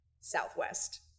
Southwest